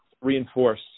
reinforce